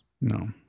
No